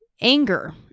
anger